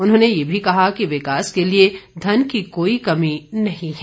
उन्होंने ये भी कहा कि विकास के लिए धन की कोई कमी नही है